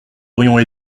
aurions